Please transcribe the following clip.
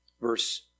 verse